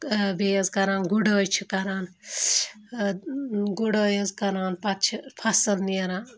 بیٚیہِ حظ کَران گُڈٲے چھِ کَران گُڈٲے حظ کَران پَتہٕ چھِ فصٕل نیران